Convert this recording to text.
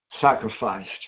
sacrificed